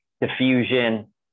diffusion